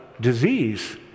disease